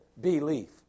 belief